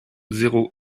zéro